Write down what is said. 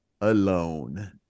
alone